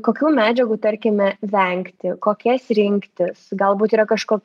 kokių medžiagų tarkime vengti kokias rinktis galbūt yra kažko